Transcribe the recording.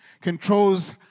controls